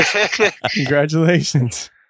Congratulations